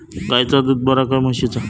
गायचा दूध बरा काय म्हशीचा?